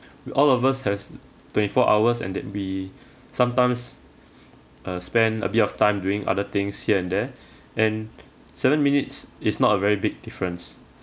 we all of us has twenty four hours and that we sometimes uh spend a bit of time doing other things here and there and seven minutes it's not a very big difference